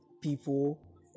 people